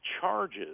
charges